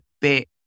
bit